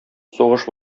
сугыш